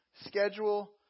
schedule